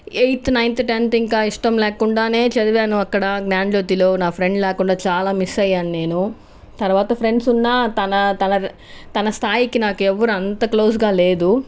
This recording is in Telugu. ఎయిత్ నైన్త్ టెన్త్ ఇంకా ఇష్టం లేకుండా చదివాను అక్కడ జ్ఞానజ్యోతిలో నా ఫ్రెండ్ లేకుండా చాలా మిస్ అయ్యాను నేను తర్వాత ఫ్రెండ్స్ ఉన్నా తన తన స్థాయికి నాకు ఎవరు అంత క్లోజ్గా లేదు